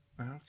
Okay